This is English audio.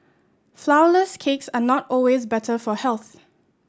flourless cakes are not always better for health